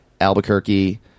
Albuquerque